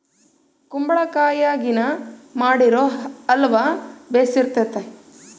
ಕುಂಬಳಕಾಯಗಿನ ಮಾಡಿರೊ ಅಲ್ವ ಬೆರ್ಸಿತತೆ